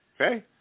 Okay